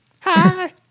Hi